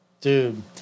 Dude